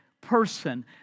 person